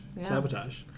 sabotage